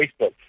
Facebook